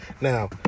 Now